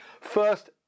First